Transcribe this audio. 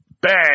Bang